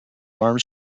arms